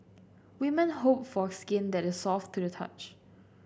women hope for skin that is soft to the touch